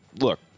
Look